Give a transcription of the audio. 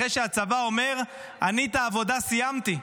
אחרי שהצבא אומר: אני את העבודה סיימתי.